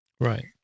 Right